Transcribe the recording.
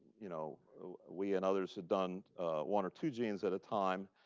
you know we and others had done one or two genes at a time.